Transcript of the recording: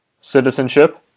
Citizenship